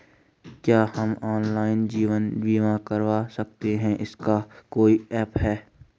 क्या हम ऑनलाइन जीवन बीमा करवा सकते हैं इसका कोई ऐप है?